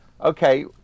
Okay